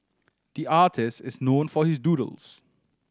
the artist is known for his doodles